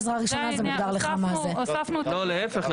להיפך,